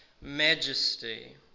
majesty